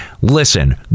listen